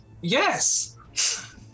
Yes